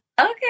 Okay